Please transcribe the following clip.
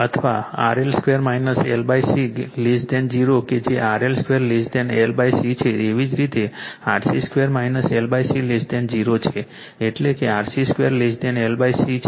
અથવા RL2 L C 0 કેજે RL2 L C છે એવી જ રીતે RC2 L C 0 છે એટલે કે RC 2 L C છે